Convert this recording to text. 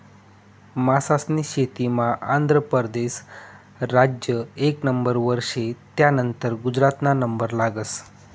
मासास्नी शेतीमा आंध्र परदेस राज्य एक नंबरवर शे, त्यानंतर गुजरातना नंबर लागस